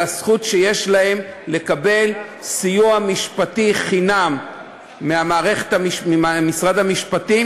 הזכות שיש להם לקבל סיוע משפטי חינם ממשרד המשפטים,